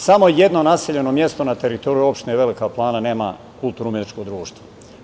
Samo jedno naseljeno mesto na teritoriji opštine Velika Plana nema kulturno-umetničko društvo.